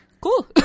Cool